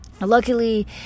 luckily